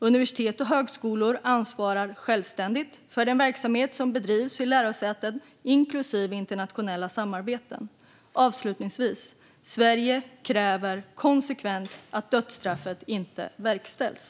Universitet och högskolor ansvarar självständigt för den verksamhet som bedrivs vid lärosäten, inklusive internationella samarbeten. Avslutningsvis: Sverige kräver konsekvent att dödsstraffet inte verkställs.